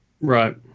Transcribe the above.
Right